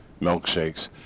milkshakes